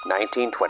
1920